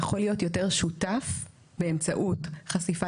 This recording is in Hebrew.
יכול להיות יותר שותף באמצעות חשיפה